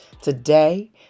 Today